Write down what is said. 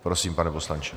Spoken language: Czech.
Prosím, pane poslanče.